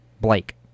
Blake